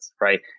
right